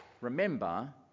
remember